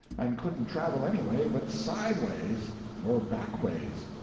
and couldn't travel any way but sideways or backways.